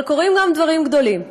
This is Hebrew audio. אבל קורים גם דברים גדולים.